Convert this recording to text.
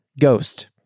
Ghost